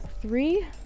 Three